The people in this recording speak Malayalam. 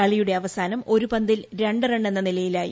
കളിയുടെ അവാസനം ഒരു പന്തിൽ രണ്ടു റൺ എന്ന നിലയിലായി